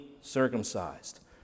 circumcised